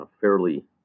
fairly